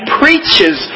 preaches